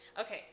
Okay